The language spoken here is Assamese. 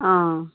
অঁ